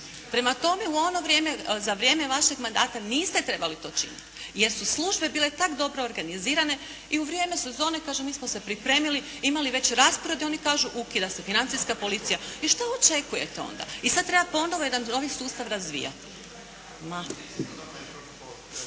vrijeme, za vrijeme vašeg mandata niste trebali to činiti, jer su službe bile tako dobro organizirane i u vrijeme sezone kaže mi smo se pripremili, imali već raspored i oni kažu ukida se Financijska policija. I što očekujete onda? I sad treba ponovo jedan novi sustav razvijati.